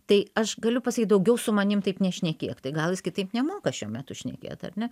tai aš galiu pasakyt daugiau su manim taip nešnekėk tai gal jis kitaip nemoka šiuo metu šnekėt ar ne